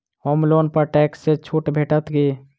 होम loan पर tax मे छुट भेटत की